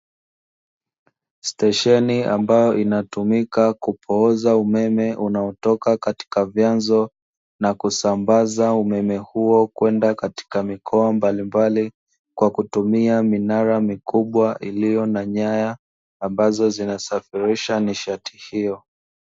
Stesheni ambayo inatumika kupooza umeme, unaotoka katika vyanzo na kusambaza umeme huo kwenda katika mikoa mbalimbali, kwa kutumia minara mikubwa iliyo na nyaya ambazo zinasafirisha nishati hiyo.